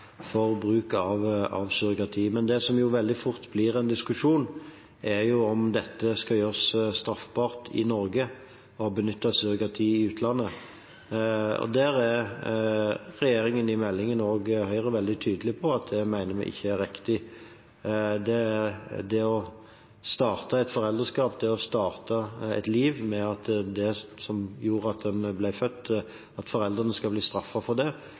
for bruk av surrogati. Det som jo veldig fort blir en diskusjon, er om det skal gjøres straffbart i Norge å benytte seg av surrogati i utlandet. Der er regjeringen i meldingen og også Høyre veldig tydelige på at det mener vi ikke er riktig. Det å starte et foreldreskap, det å starte et liv med at foreldrene skal straffes for det som gjorde at en ble født,